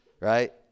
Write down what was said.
right